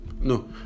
No